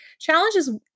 challenges